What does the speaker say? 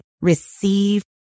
receive